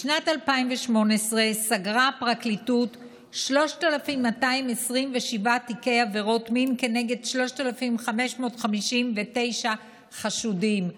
בשנת 2018 סגרה הפרקליטות 3,227 תיקי עבירות מין כנגד 3,559 חשודים.